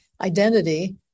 identity